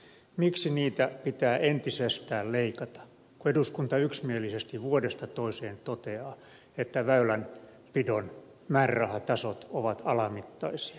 miksi niitä pitää entisestään leikata kun eduskunta yksimielisesti vuodesta toiseen toteaa että väylänpidon määrärahatasot ovat alamittaisia